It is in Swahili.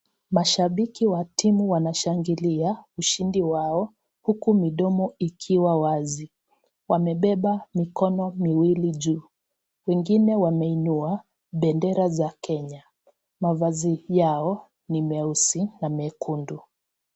Mashabiki wa timu wanashangilia ushindi yao huku midomo ikiwa wazi, wamebeba mikono miwili juu, wengine wameinua bendera za Kenya, mavazi yao ni meusi na mekundu.